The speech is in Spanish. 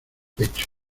pecho